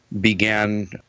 began